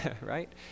right